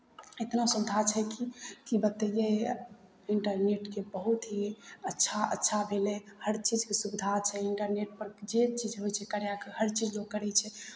इतना सुविधा छै कि की बतइयै इंटरनेटके बहुत ही अच्छा अच्छा भेलै हर चीजके सुविधा छै इंटरनेटपर जे चीज होइ छै करयके हर चीज लोक करै छै